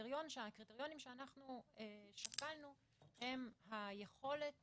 שהקריטריונים שאנחנו שקלנו הם היכולת